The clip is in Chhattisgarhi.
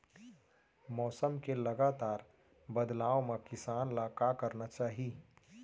मौसम के लगातार बदलाव मा किसान ला का करना चाही?